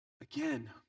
Again